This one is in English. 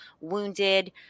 wounded